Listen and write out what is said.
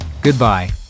Goodbye